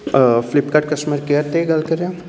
Flipkart customer care 'ਤੇ ਗੱਲ ਕਰ ਰਿਹਾਂ